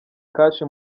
kashi